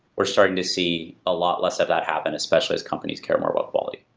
we're starting to see a lot less of that happen especially as companies care more about quality.